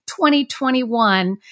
2021